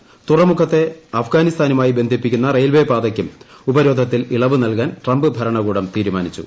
ത്റമുഖത്തെ അഫ്ഗാനിസ്ഥാനുമായി ബന്ധിപ്പിക്കുന്ന റെയിൽവേ പാതയ്ക്കും ഉപരോധത്തിൽ ഇളവു നല്കാൻ ട്രംപ് ഭരണകൂടം തീരുമാനിച്ചു